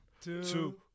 two